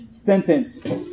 sentence